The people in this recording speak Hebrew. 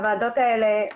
הוועדות האלה,